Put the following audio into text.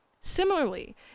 Similarly